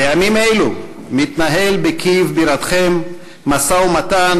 בימים אלו מתנהל בקייב בירתכם משא-ומתן